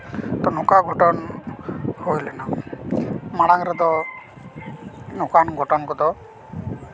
ᱛᱚ ᱱᱚᱝᱠᱟ ᱜᱷᱚᱴᱚᱱ ᱦᱩᱭ ᱞᱮᱱᱟ ᱢᱟᱲᱟᱝ ᱨᱮᱫᱚ ᱱᱚᱝᱠᱟᱱ ᱜᱷᱚᱴᱚᱱ ᱠᱚᱫᱚ